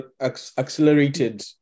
accelerated